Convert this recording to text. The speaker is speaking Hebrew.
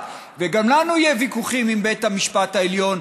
וגם לנו יהיו ויכוחים עם בית המשפט העליון,